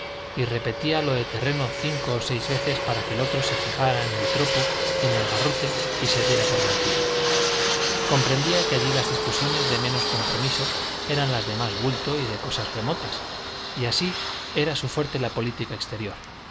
y repetía lo de terreno cinco o seis veces para que el otro se fijara en el tropo y en el garrote y se diera por vencido comprendía que allí las discusiones de menos compromiso eran las de más bulto y de cosas remotas y así era su fuerte la política exterior